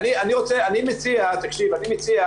אני מציע, נמצאת